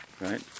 Right